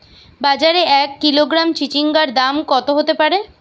বাজারে এক কিলোগ্রাম চিচিঙ্গার দাম কত হতে পারে?